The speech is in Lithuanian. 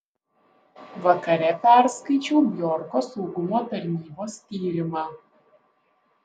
vakare perskaičiau bjorko saugumo tarnybos tyrimą